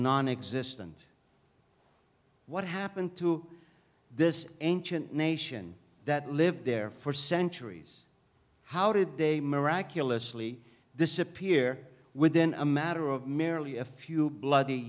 non existent what happened to this ancient nation that lived there for centuries how did they miraculously disappear within a matter of merely a few bloody